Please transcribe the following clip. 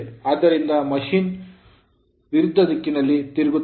ಆದ್ದರಿಂದ machine ಯಂತ್ರವು ವಿರುದ್ಧ ದಿಕ್ಕಿನಲ್ಲಿ ತಿರುಗುತ್ತದೆ